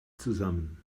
zusammen